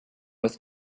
with